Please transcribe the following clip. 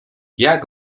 jak